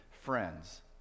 friends